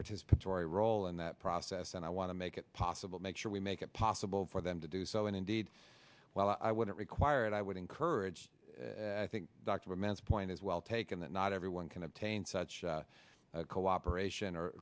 participatory role in that process and i want to make it possible make sure we make it possible for them to do so and indeed while i wouldn't require it i would encourage as i think dr man's point is well taken that not everyone can obtain such cooperation or